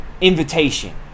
Invitation